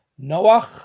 Noach